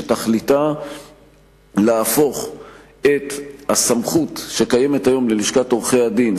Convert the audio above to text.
שתכליתה להפוך את הסמכות שקיימת היום ללשכת עורכי-הדין,